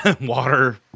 water